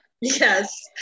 Yes